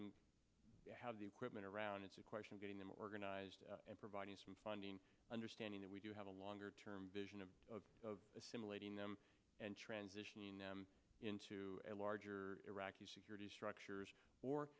have the equipment around it's a question of getting them organized and providing funding understanding that we do have a longer term vision of assimilating them and transitioning them into a larger iraqi security structures or